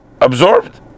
absorbed